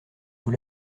vous